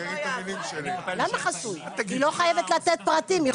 היא לא חייבת לתת פרטים,